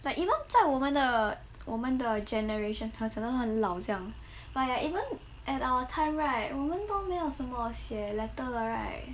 but even 在我们的我们的 generation 讲到很老这样 ya even at our time right 我们都没有什么写 letter 的 right